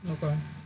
okay